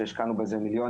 שהשקענו בזה מיליונים,